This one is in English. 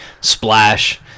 Splash